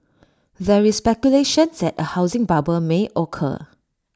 there is speculation that A housing bubble may occur